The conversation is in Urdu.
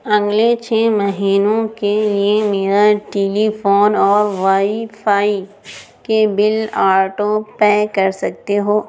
اگلے چھ مہینوں کے لیے میرا ٹیلی فون اور وائی فائی کے بل آٹو پے کر سکتے ہو